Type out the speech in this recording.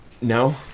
No